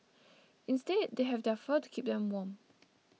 instead they have their fur to keep them warm